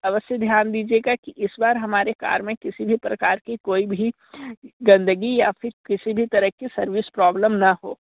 अब से ध्यान दीजिए कि इस बार हमारी कार में किसी भी प्रकार की कोई भी गंदगी या फिर किसी भी तरह की सर्विस प्रॉब्लम ना हो